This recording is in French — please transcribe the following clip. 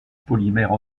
polymères